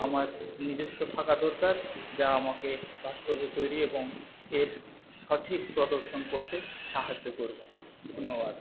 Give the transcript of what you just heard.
আমার নিজস্ব থাকা দরকার যা আমাকে ভাস্কর্য তৈরি এবং এর সঠিক প্রদর্শন করতে সাহায্য করবে ধন্যবাদ